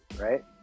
right